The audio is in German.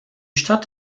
stadt